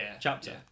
chapter